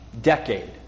Decade